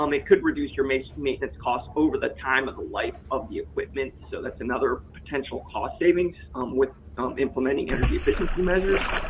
um it could reduce your maintenance maintenance costs over the time of the life of the equipment. so, that's another potential cost savings with implementing energy efficiency measures.